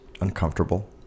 uncomfortable